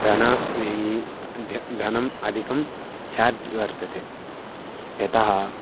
धनव्ययः ध्य धनम् अधिकं छार्ज् वर्तते यतः